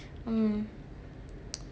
hmm